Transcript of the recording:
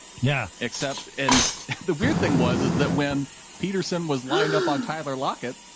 yeah. except, and the weird thing was is that when peterson was lined up on tyler lockett,